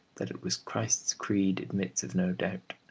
that it was christ's creed admits of no doubt.